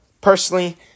personally